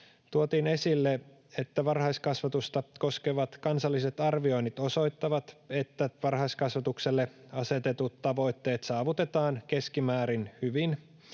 tuotiin esille, että varhaiskasvatusta koskevat kansalliset arvioinnit osoittavat, että varhaiskasvatukselle asetetut tavoitteet saavutetaan keskimäärin hyvin,